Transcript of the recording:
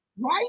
right